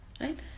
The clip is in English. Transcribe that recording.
Right